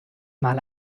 mal